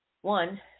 One